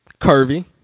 Curvy